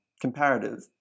comparative